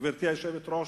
גברתי היושבת-ראש,